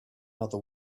other